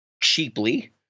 cheaply